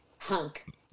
hunk